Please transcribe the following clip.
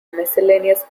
miscellaneous